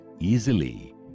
easily